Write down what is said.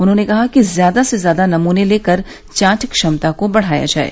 उन्होंने कहा कि ज्यादा से ज्यादा नमूने लेकर जांच क्षमता को बढ़ाया जाये